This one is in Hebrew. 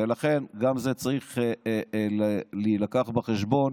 ולכן גם זה צריך להילקח בחשבון